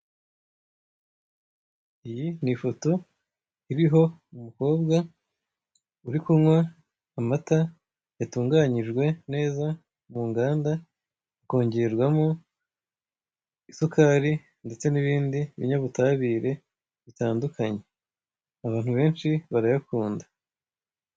Iyi ni ifoto iriho umukobwa uri kunywa amata yatunganyijwe neza mu nganda akongerwamo isukari ndetse n'ibindi binyabutabire bitandukanye, abantu benshi barayakunda.